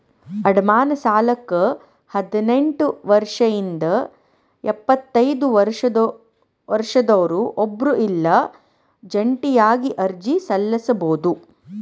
ಅಡಮಾನ ಸಾಲಕ್ಕ ಹದಿನೆಂಟ್ ವರ್ಷದಿಂದ ಎಪ್ಪತೈದ ವರ್ಷದೊರ ಒಬ್ರ ಇಲ್ಲಾ ಜಂಟಿಯಾಗಿ ಅರ್ಜಿ ಸಲ್ಲಸಬೋದು